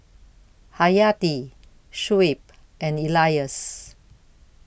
Hayati Shuib and Elyas